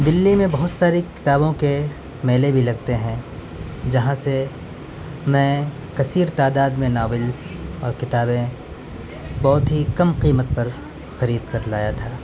دلّی میں بہت ساری کتابوں کے میلے بھی لگتے ہیں جہاں سے میں کثیر تعداد میں ناولس اور کتابیں بہت ہی کم قیمت پر خرید کر لایا تھا